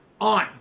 on